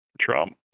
Trump